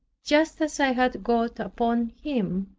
just as i had got upon him,